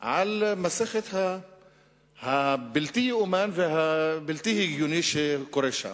על מסכת הבלתי-ייאמן והבלתי-הגיוני שקורית שם.